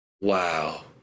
Wow